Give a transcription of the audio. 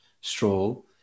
Stroll